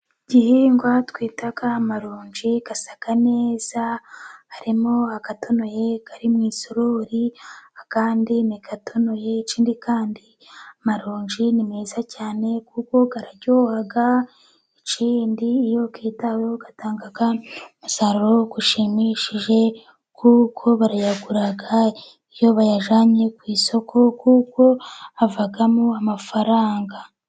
Igihingwa twita amaronji asa neza. Harimo atonoye ari mu isorori, andi ntatonoye. Ikindi kandi amaronji ni meza cyane, kuko aryoha. Ikindi iyo yitaweho atanga umusaruro ushimishije, kuko barayagura. Iyo bayajyanye ku isoko kuko havamo amafaranga.